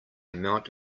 amount